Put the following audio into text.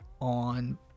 on